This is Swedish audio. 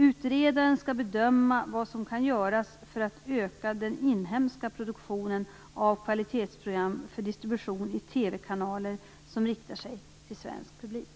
Utredaren skall bedöma vad som kan göras för att öka den inhemska produktionen av kvalitetsprogram för distribution i TV-kanaler som riktar sig till svensk publik.